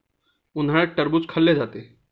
उन्हाळ्यात टरबूज खाल्ले जाते